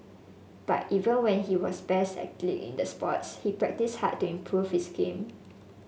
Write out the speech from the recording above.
but even when he was best athlete in the sport he practised hard to improve his game